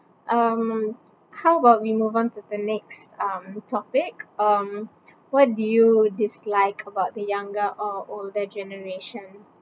um how about we move on to the next um topic um what do you dislike about the younger or older generation